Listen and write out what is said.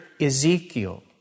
Ezekiel